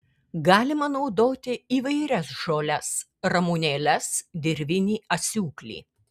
galima naudoti įvairias žoles ramunėles dirvinį asiūklį